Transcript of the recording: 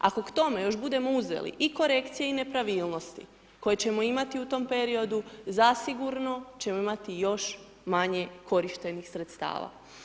Ako k tome budemo još uzeli i korekcije i nepravilnosti koje ćemo imati u tom periodu, zasigurno ćemo imati još manje korištenih sredstava.